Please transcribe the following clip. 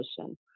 position